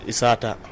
Isata